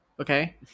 okay